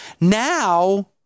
Now